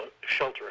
shelter